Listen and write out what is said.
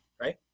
right